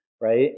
right